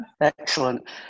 Excellent